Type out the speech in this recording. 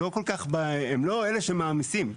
הם לא אלה שמעמיסים.